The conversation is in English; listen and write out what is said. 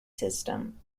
system